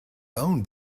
own